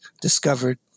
discovered